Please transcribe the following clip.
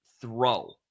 throw